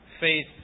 faith